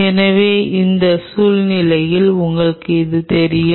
எனவே அந்த சூழ்நிலையில் உங்களுக்கு அது தெரியும்